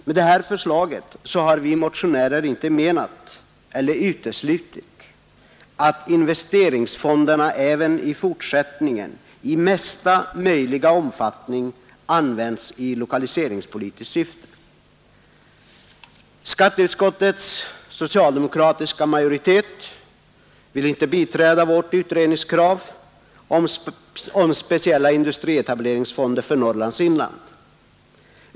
Med detta förslag har vi motionärer inte uteslutit att investeringsfonderna även i fortsättningen i största möjliga omfattning används i lokaliseringspolitiskt syfte. Skatteutskottets socialdemokratiska majoritet vill inte biträda vårt krav på en utredning om speciella industrietableringsfonder för Norrlands inland.